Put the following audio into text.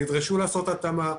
נדרשו לעשות התאמה,